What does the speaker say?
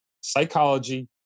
psychology